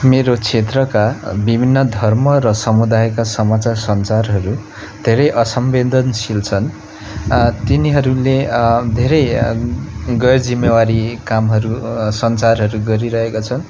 मेरो क्षेत्रका विभिन्न धर्म र समुदायका समाचार सञ्चारहरू धेरै असंवेदनशील छन् तिनीहरूले धेरै गैरजिम्मेवारी कामहरू सञ्चारहरू गरिरहेको छ